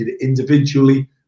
individually